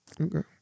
Okay